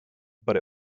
but